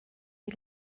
die